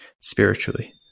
spiritually